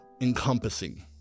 encompassing